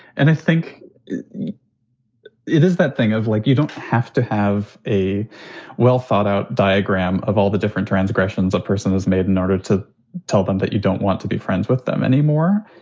and i think it is that thing of like you don't have to have a well thought out diagram of all the different transgressions a person is made in order to tell them that you don't want to be friends with them anymore.